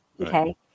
okay